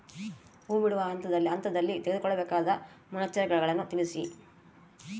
ಹೂ ಬಿಡುವ ಹಂತದಲ್ಲಿ ತೆಗೆದುಕೊಳ್ಳಬೇಕಾದ ಮುನ್ನೆಚ್ಚರಿಕೆಗಳನ್ನು ತಿಳಿಸಿ?